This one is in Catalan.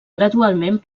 gradualment